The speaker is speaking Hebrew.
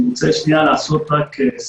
אני רוצה רק לעשות סדר.